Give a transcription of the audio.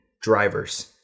drivers